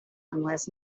unless